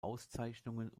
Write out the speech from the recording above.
auszeichnungen